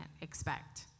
expect